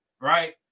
Right